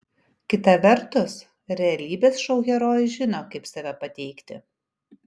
kita vertus realybės šou herojai žino kaip save pateikti